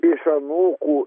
iš anūkų